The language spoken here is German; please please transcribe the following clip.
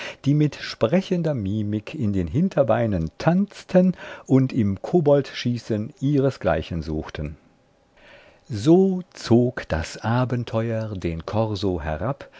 die mit sprechender mimik in den hinterbeinen tanzten und im koboltschießen ihresgleichen suchten so zog das abenteuer den korso herab